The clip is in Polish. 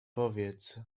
powiedz